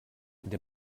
der